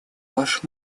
ваш